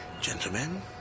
Gentlemen